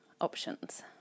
options